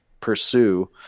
pursue